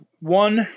one